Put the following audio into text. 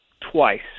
twice